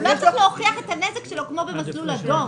אבל הוא לא צריך להוכיח את הנזק שלו כמו במסלול אדום.